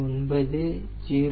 9 0